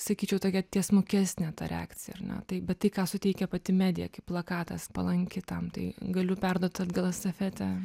sakyčiau tokia tiesmukesnė ta reakcija ar ne tai bet tai ką suteikia pati medija kaip plakatas palanki tam tai galiu perduot atgal estafetę